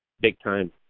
big-time